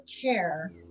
care